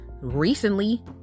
recently